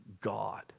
God